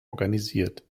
organisiert